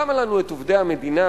למה לנו עובדי המדינה,